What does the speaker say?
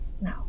no